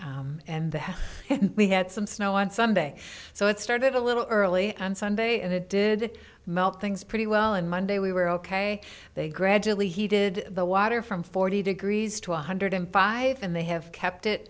monday and we had some snow on sunday so it started a little early on sunday and it did melt things pretty well on monday we were ok they gradually he did the water from forty degrees to one hundred five and they have kept it